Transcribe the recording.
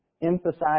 emphasize